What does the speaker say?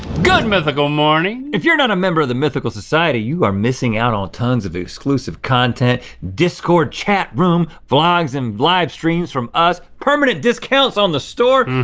good mythical morning! if you're not a member of the mythical society, you are missing out on tons of exclusive content, discord chat room, vlogs, and live streams from us, permanent discounts on the store!